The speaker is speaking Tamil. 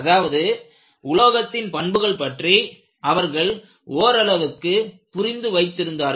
அதாவது உலோகத்தின் பண்புகள் பற்றி அவர்கள் ஓரளவுக்கு புரிந்து வைத்திருந்தார்கள்